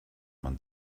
man